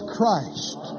Christ